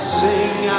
sing